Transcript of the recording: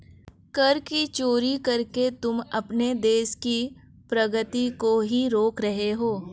कर की चोरी करके तुम अपने देश की प्रगती को ही रोक रहे हो